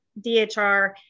DHR